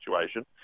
situation